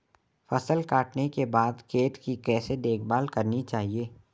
फसल काटने के बाद खेत की कैसे देखभाल करनी चाहिए?